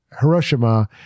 Hiroshima